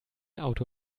auto